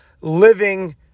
living